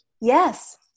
Yes